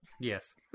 Yes